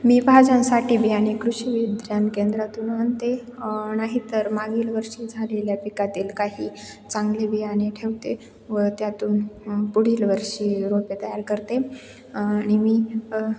मी भाज्यांसाठी बियाणे कृषी विज्ञान केंद्रातून आणते नाहीतर मागील वर्षी झालेल्या पिकातील काही चांगले बियाणे ठेवते व त्यातून पुढील वर्षी रोपे तयार करते आणि मी